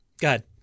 God